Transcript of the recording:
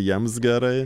jiems gerai